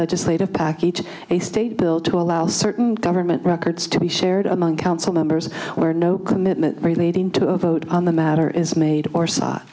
legislative package a state bill to allow certain government records to be shared among council members where no commitment relating to a vote on the matter is made or s